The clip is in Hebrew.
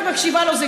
אני מקשיבה לו.